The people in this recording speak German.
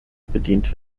bedient